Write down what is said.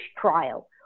trial